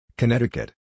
Connecticut